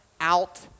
out